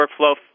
Workflow